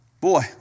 Boy